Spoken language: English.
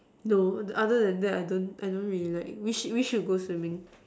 no other than that I don't I don't really like we should we should go swimming